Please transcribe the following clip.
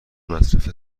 مصرف